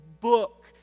book